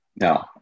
No